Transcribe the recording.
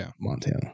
Montana